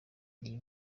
iyi